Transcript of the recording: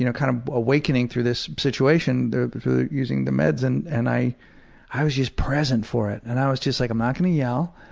you know kind of awakening through this situation, through using the meds, and and i i was just present for it and i was just like, i'm not gonna yell.